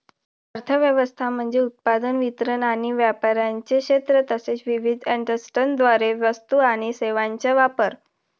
अर्थ व्यवस्था म्हणजे उत्पादन, वितरण आणि व्यापाराचे क्षेत्र तसेच विविध एजंट्सद्वारे वस्तू आणि सेवांचा वापर